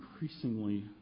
increasingly